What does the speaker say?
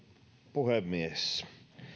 puhemies